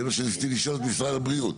זה מה שניסיתי לשאול את משרד הבריאות,